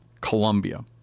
Colombia